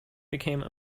became